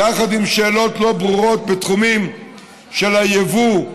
יחד עם שאלות לא ברורות בתחומים של היבוא,